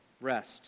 rest